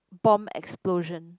bomb explosion